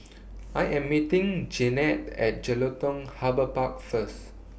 I Am meeting Jeanetta At Jelutung Harbour Park First